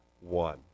one